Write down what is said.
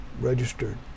registered